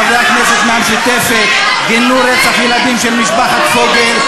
חברי חברי הכנסת מהמשותפת גינו רצח הילדים של משפחת פוגל,